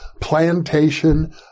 Plantation